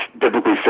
typically